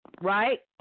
right